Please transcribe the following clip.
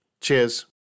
Cheers